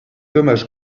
dommage